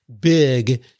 big